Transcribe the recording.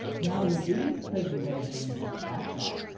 now with these presentations as a back drop,